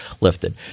lifted